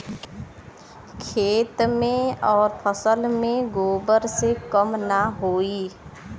खेत मे अउर फसल मे गोबर से कम ना होई?